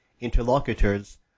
interlocutors